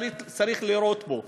צריך לירות בו,